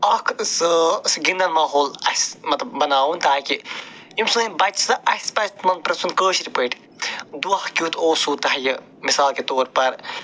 اکھ سٕہ گنٛدن ماحول اَسہِ مطلب بَناوُن تاکہِ یِم سٲنۍ بچہِ سَہ آسہِ پزِ تِمن پرٛژھُن کٲشِرۍ پٲٹھۍ دۄہ کیُتھ اوسُو تۄہہِ مِثال کے طور پر